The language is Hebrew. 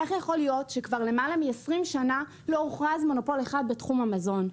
איך יכול להיות שכבר למעלה מ-20 שנה לא הוכרז מונופול אחד בתחום המזון,